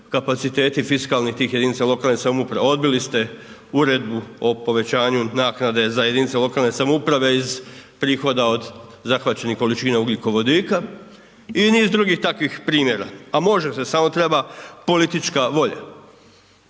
o povećanju naknade za jedinice lokalne samouprave. Odbili ste Uredbu o povećanju naknade za jedinice lokalne samouprave iz prihoda zahvaćenih količina ugljikovodika i niz drugih takvih primjera. A može, samo treba politička volja.